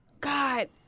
God